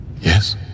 Yes